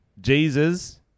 Jesus